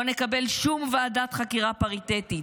לא נקבל שום ועדת חקירה פריטטית,